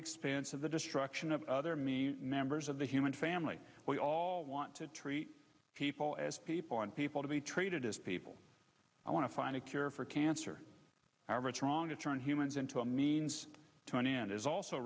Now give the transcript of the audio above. expense of the destruction of other me members of the human family we all want to treat all as people and people to be treated as people i want to find a cure for cancer however it's wrong to turn humans into a means to an end is also